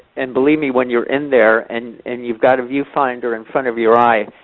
and believe me when you're in there, and and you've got a viewfinder in front of your eye,